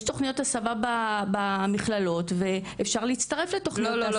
יש תוכניות הסבה במכללות ואפשר להצטרף לתוכניות הסבה.